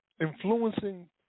influencing